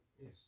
Yes